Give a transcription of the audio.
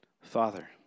Father